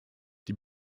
die